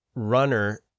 runner